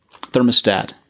thermostat